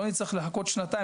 לא נצטרך לחכות שנתיים,